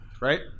right